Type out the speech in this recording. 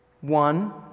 One